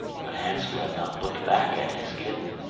but hansel had not looked back at his kitten,